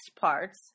parts